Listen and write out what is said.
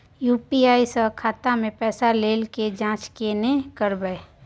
UPI स खाता मे पैसा ऐल के जाँच केने करबै?